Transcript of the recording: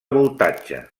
voltatge